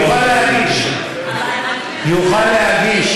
אני מנסה להסביר, הוא יוכל להגיש.